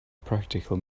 practical